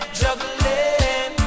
juggling